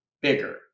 bigger